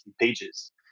pages